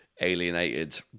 alienated